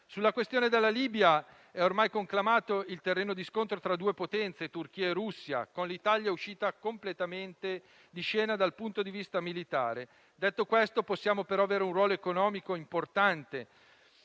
Sulla questione della Libia, è ormai conclamato il terreno di scontro tra due potenze, Turchia e Russia, con l'Italia uscita completamente di scena dal punto di vista militare. Detto questo, possiamo però avere un ruolo economico importante: